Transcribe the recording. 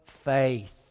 Faith